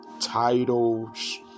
titles